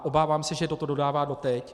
Obávám se, že toto dodává doteď.